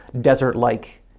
desert-like